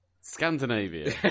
Scandinavia